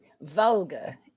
vulgar